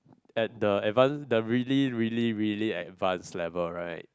at the advanced the really really really advanced level right